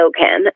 SoCan